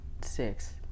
six